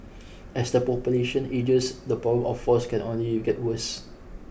as the population ages the problem of falls can only get worse